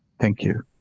thank you.